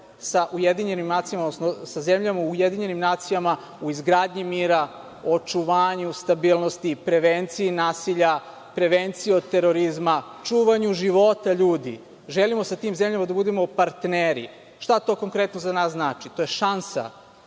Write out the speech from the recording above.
sa zemljama Ujedinjenih nacija u izgradnji mira, očuvanju stabilnosti, prevenciji nasilja, prevenciji od terorizma, čuvanju života ljudi. Želimo da sa tim zemljama budemo partneri. Šta to konkretno za nas znači? To je šansa